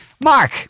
Mark